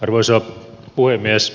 arvoisa puhemies